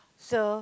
so